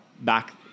back